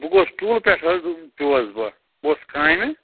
بہٕ گۄس پوٗلہٕ پٮ۪ٹھٕ حظ پٮ۪وُس بہٕ بہٕ اوسُس کامہِ